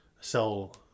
sell